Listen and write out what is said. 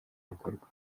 bukorwa